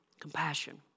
Compassion